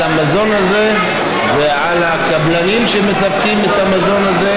המזון הזה ועל הקבלנים שמספקים את המזון הזה,